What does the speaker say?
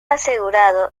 asegurado